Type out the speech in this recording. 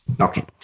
Okay